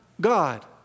God